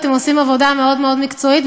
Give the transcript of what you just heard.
אתם עושים עבודה מאוד מאוד מקצועית,